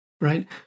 right